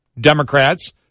Democrats